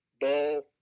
Ball